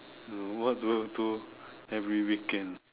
hmm what do you do every weekend